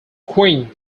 quinn